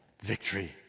Victory